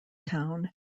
town